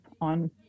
on